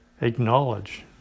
acknowledge